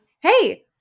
hey